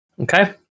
Okay